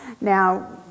Now